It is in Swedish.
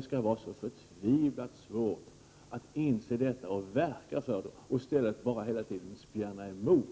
skall det vara så förtvivlat svårt att inse detta och verka för det, i stället för att hela tiden bara spjärna emot?